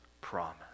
promise